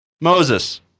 Moses